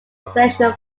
occasional